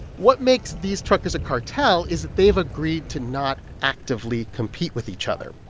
what makes these truckers a cartel is that they've agreed to not actively compete with each other.